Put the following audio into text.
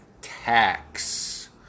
Tax